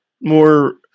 more